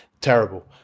terrible